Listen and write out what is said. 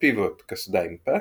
הפיווט קסדה עם פס,